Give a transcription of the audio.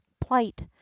plight